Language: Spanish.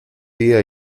día